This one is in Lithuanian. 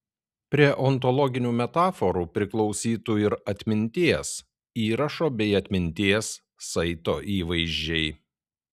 prie ontologinių metaforų priklausytų ir atminties įrašo bei atminties saito įvaizdžiai